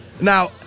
Now